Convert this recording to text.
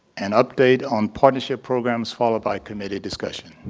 an update on partnership programs followed by committee discussion.